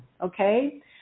Okay